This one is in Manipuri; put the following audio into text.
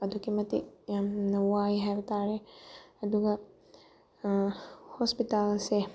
ꯑꯗꯨꯛꯀꯤ ꯃꯇꯤꯛ ꯌꯥꯝꯅ ꯋꯥꯏ ꯍꯥꯏꯕ ꯇꯥꯔꯦ ꯑꯗꯨꯒ ꯍꯣꯁꯄꯤꯇꯥꯜꯁꯦ